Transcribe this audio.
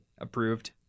approved